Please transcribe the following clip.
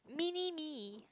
mini me